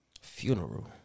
Funeral